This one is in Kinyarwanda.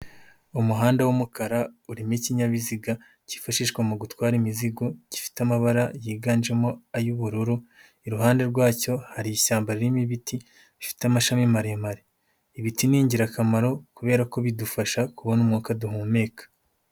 Umuhanda w'umukara urimo ikinyabiziga cyifashishwa mu gutwara imizigo, gifite amabara yiganjemo ay'ubururu, iruhande rwacyo hari ishyamba ririmo ibiti bifite amashami maremare. Ibiti ni ingirakamaro, kubera ko bidufasha kubona umwuka duhumeka.